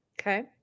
Okay